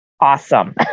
awesome